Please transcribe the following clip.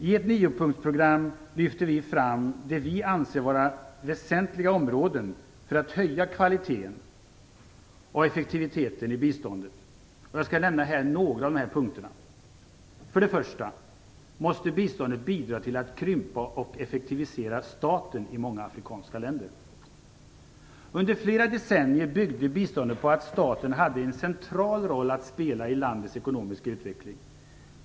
I ett niopunktsprogram lyfter vi fram det vi anser vara väsentliga områden för att höja kvaliteten och effektiviteten i biståndet. Jag skall här nämna några av de punkterna. Först och främst måste biståndet bidra till att krympa och effektivisera staten i många afrikanska länder. Under flera decennier byggde biståndet på att staten hade en central roll att spela i landets ekonomiska utveckling.